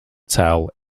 towel